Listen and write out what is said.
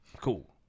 Cool